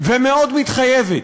ומאוד מתחייבת.